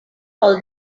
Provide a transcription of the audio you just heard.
all